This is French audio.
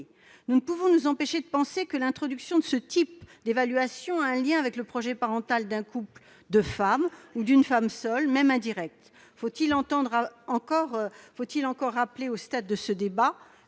Nous ne pouvons nous empêcher de penser que l'introduction de ce type d'évaluation a un lien avec le projet parental d'un couple de femmes ou d'une femme seule, même indirect. Faut-il encore rappeler, à ce stade du débat,